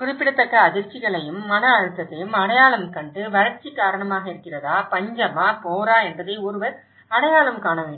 குறிப்பிடத்தக்க அதிர்ச்சிகளையும் மன அழுத்தத்தையும் அடையாளம் கண்டு வறட்சி காரணமாக இருக்கிறதா பஞ்சமா போரா என்பதை ஒருவர் அடையாளம் காண வேண்டும்